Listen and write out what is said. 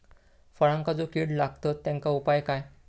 फळांका जो किडे लागतत तेनका उपाय काय?